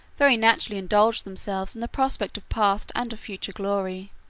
very naturally indulged themselves in the prospect of past and of future glory.